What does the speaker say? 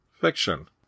fiction